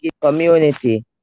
community